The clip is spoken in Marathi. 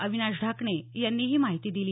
अविनाश ढाकणे यांनी ही माहिती दिली